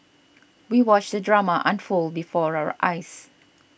we watched the drama unfold before our eyes